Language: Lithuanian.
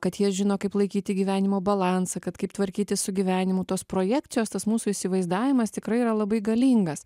kad jie žino kaip laikyti gyvenimo balansą kad kaip tvarkytis su gyvenimu tos projekcijos tas mūsų įsivaizdavimas tikrai yra labai galingas